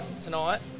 tonight